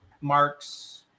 Mark's